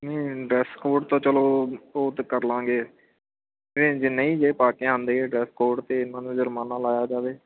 ਨਹੀਂ dress code ਤਾਂ ਚਲੋ ਉਹ ਤਾਂ ਕਰਲਾਂਗੇ ਤਾਂ ਜੇ ਨਹੀਂ ਜੇ ਪਾ ਕੇ ਆਉਂਦੇ ਡਰੈੱਸ ਕੋਡ ਤਾਂ ਇਹਨਾਂ ਨੂੰ ਜੁਰਮਾਨਾ ਲਾਇਆ ਜਾਵੇ